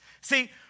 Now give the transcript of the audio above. See